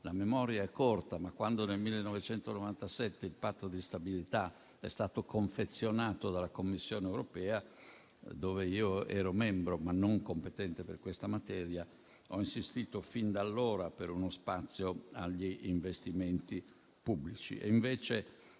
La memoria è corta, ma fin dal 1997, quando il Patto di stabilità è stato confezionato dalla Commissione europea, di cui ero membro, ma non competente per questa materia, ho insistito per uno spazio agli investimenti pubblici,